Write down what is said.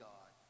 God